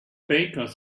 bakers